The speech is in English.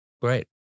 Great